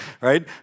right